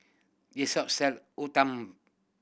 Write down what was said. this shop sell